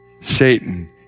Satan